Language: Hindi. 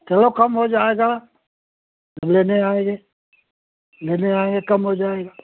चलो कम हो जाएगा लेने आइए लेने आएँगे कम हो जाएगा